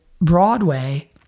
Broadway